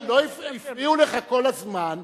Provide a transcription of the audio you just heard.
הפריעו לך כל הזמן,